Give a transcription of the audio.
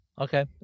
Okay